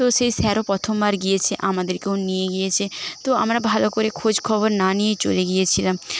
তো সেই স্যারও প্রথমবার গিয়েছে আমাদেরকেও নিয়ে গিয়েছে তো আমরা ভালো করে খোঁজ খবর না নিয়েই চলে গিয়েছিলাম